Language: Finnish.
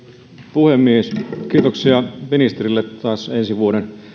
puhemies kiitoksia ministerille taas ensi vuoden